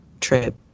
trip